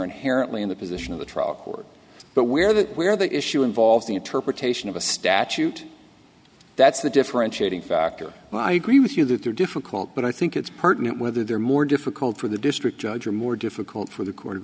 inherently in the position of the trial court but where that where the issue involves the interpretation of a statute that's the differentiating factor but i agree with you that they're difficult but i think it's pertinent whether they're more difficult for the district judge or more difficult for the court of